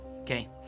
Okay